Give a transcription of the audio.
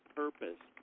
purpose